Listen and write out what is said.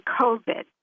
COVID